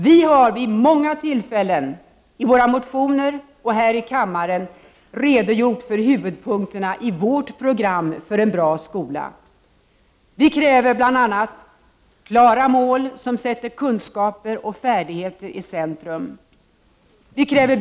Vi har vid många tillfällen i våra motioner och här i kammaren redogjort för huvudpunkterna i vårt program för en bra skola. Vi kräver bl.a.: —- Klara mål som sätter kunskaper och färdigheter i centrum.